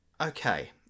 Okay